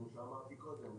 כמו שאמרתי קודם,